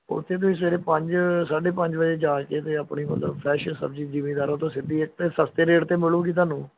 ਉੱਥੇ ਤੁਸੀਂ ਸਵੇਰੇ ਪੰਜ ਸਾਢੇ ਪੰਜ ਵਜੇ ਜਾ ਕੇ ਤੇ ਆਪਣੀ ਮਤਲਵ ਫਰੈਸ਼ ਸਬਜ਼ੀ ਜਿਮੀਦਾਰਾਂ ਤੋਂ ਸਿੱਧੀ ਇੱਕ ਤਾਂ ਸਸਤੇ ਰੇਟ 'ਤੇ ਮਿਲੂਗੀ ਤੁਹਾਨੂੰ